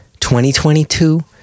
2022